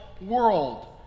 world